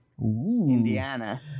Indiana